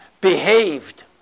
behaved